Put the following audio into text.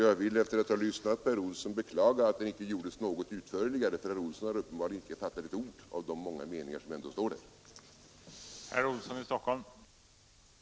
Jag vill efter att ha lyssnat på herr Olsson beklaga att den presentationen inte gjordes något utförligare, för herr Olsson har uppenbarligen icke fattat ett ord av de många meningar som ändå står i reservationen.